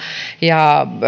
ja